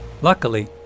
Luckily